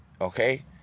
Okay